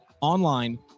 online